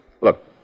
Look